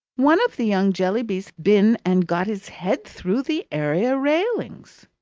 one of the young jellybys been and got his head through the area railings!